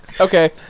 Okay